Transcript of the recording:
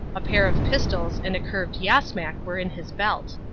a pair of pistols and a curved yasmak were in his belt.